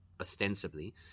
ostensibly